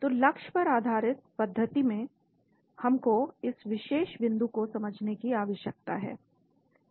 तो लक्ष्य पर आधारित पद्धति में हम को इस विशेष बिंदु को समझने की आवश्यकता है